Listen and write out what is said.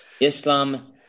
Islam